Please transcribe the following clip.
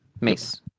Mace